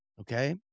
Okay